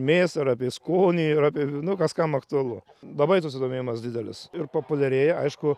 mėsą ir apie skonį ir apie nu kas kam aktualu labai susidomėjimas didelis ir populiarėja aišku